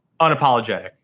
Unapologetic